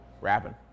rapping